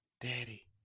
Daddy